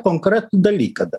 konkretų dalyką